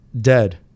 dead